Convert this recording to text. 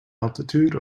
altitude